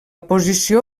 posició